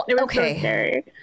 Okay